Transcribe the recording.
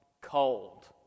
cold